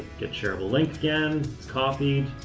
get sharable link again. it's copied.